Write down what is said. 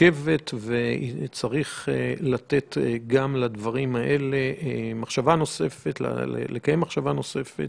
צריך גם על הדברים האלה לקיים מחשבה נוספת,